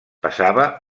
pesava